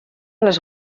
les